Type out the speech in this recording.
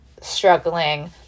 struggling